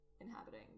inhabiting